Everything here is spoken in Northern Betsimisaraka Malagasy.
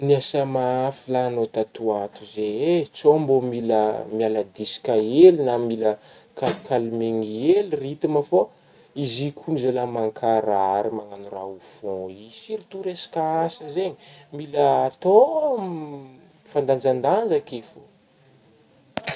Niasa mafy la agnao tatoato zee eh, so mbô mila miala diska hely na mba mila kalkalmena hely ritima fô izy io ko zalahy mankarary magnagno raha au fond io sirto resaka asa zegny, mila atao mifandanjandanja akeo fô